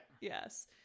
Yes